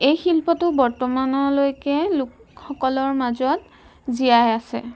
এই শিল্পটো বৰ্তমানলৈকে লোকসকলৰ মাজত জীয়াই আছে